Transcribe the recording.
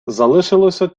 залишилося